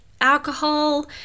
alcohol